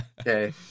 Okay